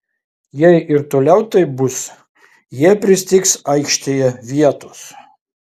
jei ir toliau taip bus jie pristigs aikštėje vietos